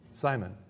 Simon